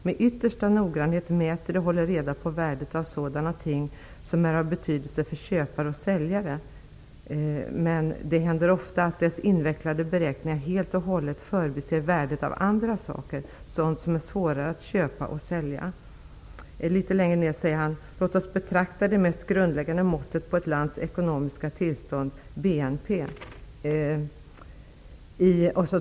Med yttersta noggrannhet mäter det och håller reda på värdet av sådan ting som är av betydelse för köpare och säljare --. Men det händer ofta att dess invecklade beräkningar helt och hållet förbiser värdet av andra saker, sådant som är svårare att köpa och sälja.'' Litet senare granskar han det mest grundlägande måttet på ett lands ekonomiska tillstånd, BNP, närmare.